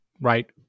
right